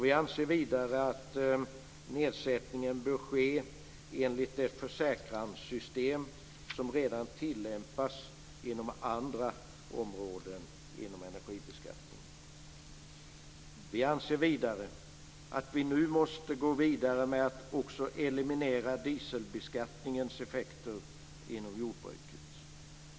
Vi anser också att nedsättningen bör ske enligt det försäkranssystem som redan tillämpas på andra områden inom energibeskattningen. Vi anser vidare att vi nu måste fortsätta genom att också eliminera dieselbeskattningens effekter inom jordbruket.